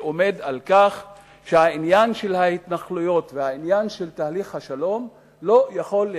שעומד על כך שהעניין של ההתנחלויות והעניין של תהליך השלום לא יכולים